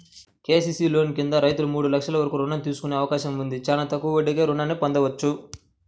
KCC loan కింద రైతులు మూడు లక్షల వరకు రుణం తీసుకునే అవకాశం ఉంది, చానా తక్కువ వడ్డీకే రుణాల్ని పొందొచ్చు